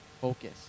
focus